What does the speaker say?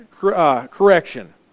correction